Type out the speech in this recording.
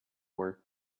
were